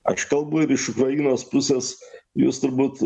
aš kalbu ir iš ukrainos pusės jūs turbūt